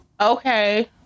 okay